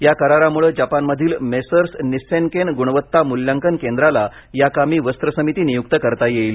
या करारामुळे जपानमधील मेसर्स निस्सेनकेन गुणवत्ता मूल्यांकन केंद्राला याकामी वस्त्र समिती नियुक्त करता येईल